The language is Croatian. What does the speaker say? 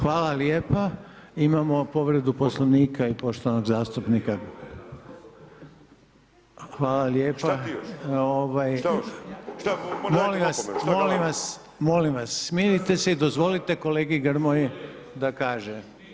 Hvala lijepa imamo povredu poslovnika i poštovanog zastupnika [[Upadica Bulj: Šta ti hoćeš, šta oćeš, moraš dobiti opomenu, šta gledaš.]] Molim molim vas smirite se i dozvolite kolegi Grmoji da kaže.